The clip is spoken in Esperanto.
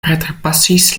preterpasis